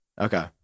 Okay